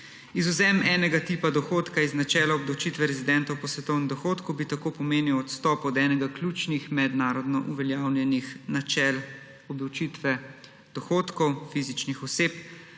Izvzem enega tipa dohodka iz načela obdavčitve rezidentov po svetovnem dohodku bi tako pomenil odstop od enega ključnih mednarodno uveljavljenih načel obdavčitve dohodkov fizičnih oseb,